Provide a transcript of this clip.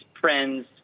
friends